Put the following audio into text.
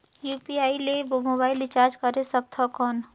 UPI ले mobile recharge करे सकथन कौन?